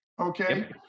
okay